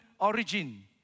origin